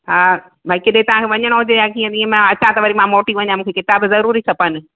हा भई किथे तव्हांखे वञिणो हुजे या कीअं वीअं मां अचा त वरी मां मोटी वञा मूंखे किताब ज़रूरी खपनि